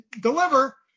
deliver